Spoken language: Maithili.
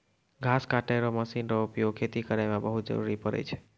घास कटै रो मशीन रो उपयोग खेती करै मे बहुत जरुरी पड़ै छै